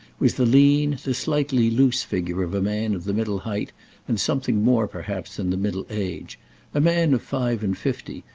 was the lean, the slightly loose figure of a man of the middle height and something more perhaps than the middle age a man of five-and-fifty,